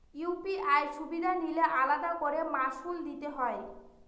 UPI সুবিধা নিলে আলাদা করে মাসুল দিতে হয়?